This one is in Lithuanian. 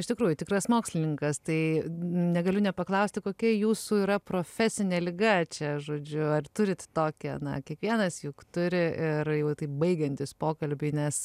iš tikrųjų tikras mokslininkas tai negaliu nepaklausti kokia jūsų yra profesinė liga čia žodžiu ar turit tokią na kiekvienas juk turi ir jau taip baigiantis pokalbiui nes